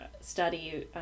study